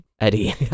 Eddie